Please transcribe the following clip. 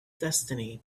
destiny